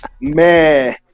man